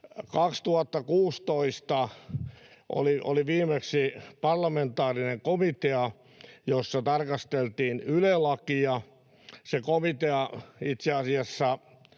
2016 oli viimeksi parlamentaarinen komitea, jossa tarkasteltiin Yle-lakia. Se komitea itse asiassa